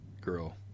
girl